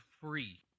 free